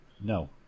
No